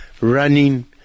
running